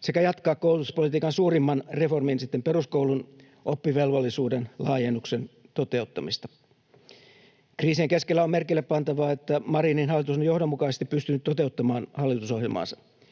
sekä jatkaa koulutuspolitiikan suurimman reformin sitten peruskoulun, oppivelvollisuuden laajennuksen, toteuttamista. Kriisien keskellä on merkille pantavaa, että Marinin hallitus on johdonmukaisesti pystynyt toteuttamaan hallitusohjelmaansa.